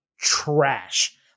trash